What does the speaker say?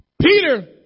Peter